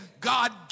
God